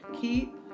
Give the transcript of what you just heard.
keep